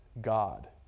God